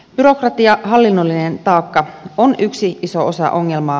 byrokratia hallinnollinen taakka on yksi iso osa ongelmaa